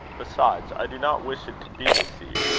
besides, i do not wish it to be received,